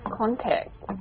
contact